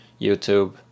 YouTube